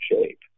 shape